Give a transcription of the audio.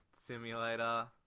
simulator